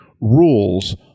rules